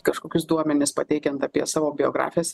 kažkokius duomenis pateikiant apie savo biografijas